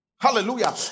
Hallelujah